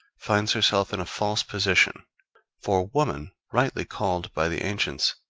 finds herself in a false position for woman, rightly called by the ancients,